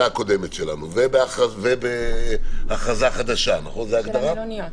הקודמת שלנו ובהכרזה חדשה של המלוניות.